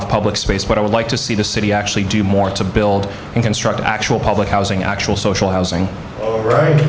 of public space but i would like to see the city actually do more to build and construct actual public housing actual social housing